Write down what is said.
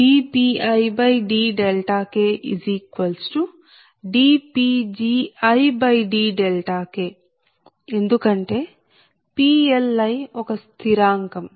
dPidKdPgidK ఎందుకంటే PLi ఒక స్థిరాంకం